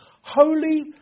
holy